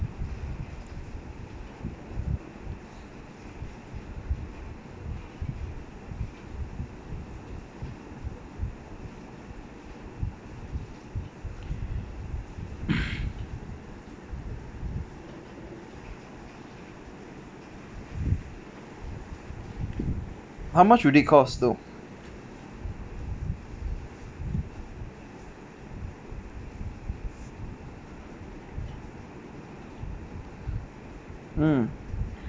how much would it cost though mm